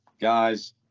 guys